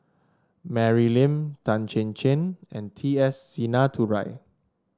Mary Lim Tan Chin Chin and T S Sinnathuray